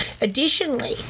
Additionally